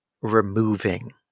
removing